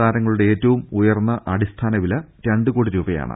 താരങ്ങളുടെ ഏറ്റവുമുയർന്ന അടിസ്ഥാന വില രണ്ട് കോടി രൂപ യാണ്